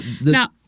Now